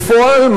בפועל,